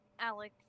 Alex